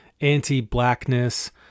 anti-blackness